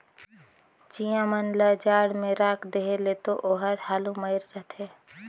चिंया मन ल जाड़ में राख देहे ले तो ओहर हालु मइर जाथे